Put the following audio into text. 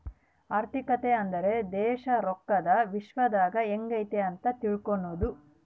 ಆರ್ಥಿಕತೆ ಅಂದ್ರೆ ದೇಶ ರೊಕ್ಕದ ವಿಶ್ಯದಾಗ ಎಂಗೈತೆ ಅಂತ ತಿಳ್ಕನದು